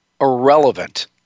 Irrelevant